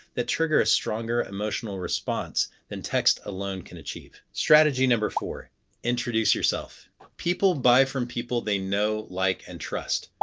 that trigger a stronger emotional response than text alone can achieve. strategy number four introduce yourself people buy from people they know, like, and trust.